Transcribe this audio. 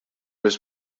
was